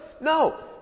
No